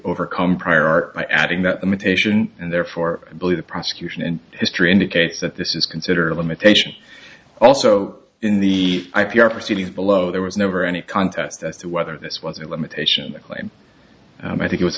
overcome prior art by adding that limitation and therefore i believe the prosecution in history indicates that this is considered a limitation also in the i p r proceedings below there was never any contest as to whether this was a limitation claim i think it was